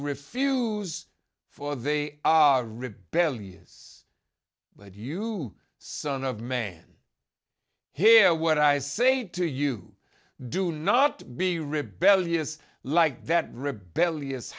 refuse for they rebellious but you son of man hear what i say to you do not be rebellious like that rebellious